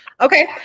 Okay